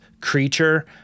creature